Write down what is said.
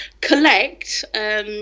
collect